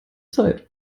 zeit